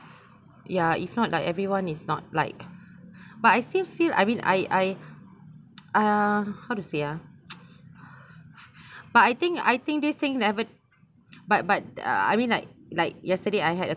ya if not like everyone is not like but I still feel I mean I I uh how to say uh but I think I think this thing never but but uh I mean like like yesterday I had a